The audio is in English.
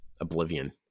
oblivion